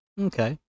Okay